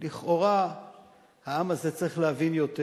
לכאורה העם הזה צריך להבין יותר.